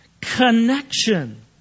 connection